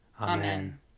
Amen